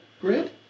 grid